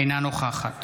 אינה נוכחת